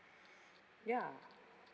ya